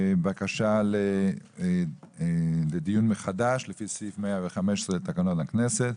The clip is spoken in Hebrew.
בקשה לדיון מחדש לפי סעיף 115 לתקנון הכנסת.